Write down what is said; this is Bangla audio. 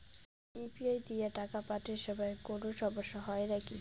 ইউ.পি.আই দিয়া টাকা পাঠের সময় কোনো সমস্যা হয় নাকি?